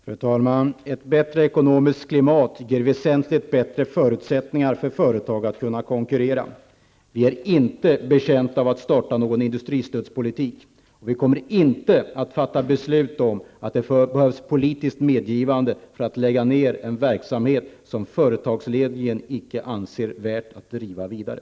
Fru talman! Ett bättre ekonomiskt klimat ger väsentligt bättre förutsättningar för företag att konkurrera. Vi är inte betjänta av att starta någon industristödspolitik, och vi kommer inte att fatta beslut om att det behövs ett politiskt medgivande för nedläggning av en verksamhet som företagsledningen icke anser det vara värt att driva vidare.